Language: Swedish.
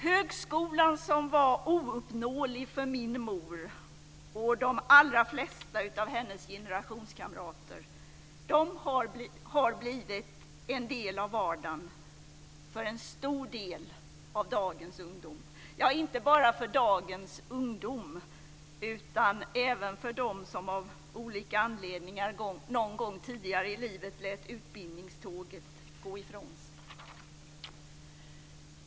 Högskolan som var ouppnåelig för min mor och de allra flesta av hennes generationskamrater har blivit en del av vardagen för en stor del av dagens ungdom, ja, inte bara för dagens ungdom, utan även för dem som av olika anledningar någon gång tidigare i livet lät utbildningståget gå ifrån sig.